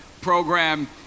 program